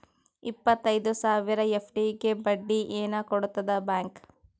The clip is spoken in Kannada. ಇಪ್ಪತ್ತೈದು ಸಾವಿರ ಎಫ್.ಡಿ ಗೆ ಬಡ್ಡಿ ಏನ ಕೊಡತದ ಬ್ಯಾಂಕ್?